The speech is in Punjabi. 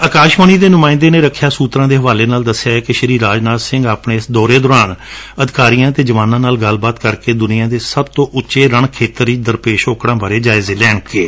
ਅਕਾਸ਼ਵਾਣੀ ਦੇ ਨੁਮਾਂਇੰਦੇ ਨੇ ਰਖਿਆ ਸੁਤਰਾਂ ਦੇ ਹਵਾਲੇ ਨਾਲ ਦਸਿਐ ਕਿ ਰਾਜਨਾਥ ਸਿੰਘ ਆਪਣੇ ਇਸ ਦੌਰੇ ਦੌਰਾਨ ਅਧਿਕਾਰੀਆਂ ਅਤੇ ਜਵਾਨਾਂ ਨਾਲ ਗੱਲਬਾਤ ਕਰਕੇ ਦੁਨੀਆਂ ਦੇ ਸਭ ਤੋਂ ਉੱਚੇ ਰਣ ਖੇਤਰ ਵਿਚ ਦਰਪੇਸ਼ ਔਕੜਾਂ ਬਾਰੇ ਜਾਇਜ਼ੇ ਲੈਣਗੇ